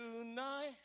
tonight